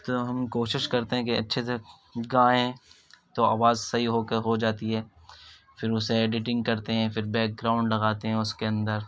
تو ہم کوشش کرتے ہیں کہ اچّھے سے گائیں تو آواز صحیح ہو کے ہو جاتی ہے پھر اسے ایڈیٹنگ کرتے ہیں پھر بیک گراؤنڈ لگاتے ہیں اس کے اندر